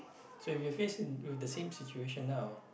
so if you faced with the same situation now